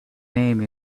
name